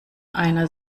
einer